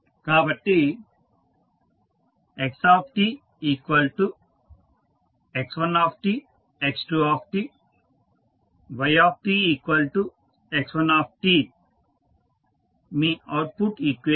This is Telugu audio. కాబట్టి xtx1 x2 ytx1t మీ అవుట్పుట్ ఈక్వేషన్